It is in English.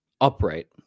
upright